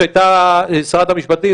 שהייתה שרת המשפטים,